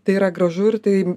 tai yra gražu ir tai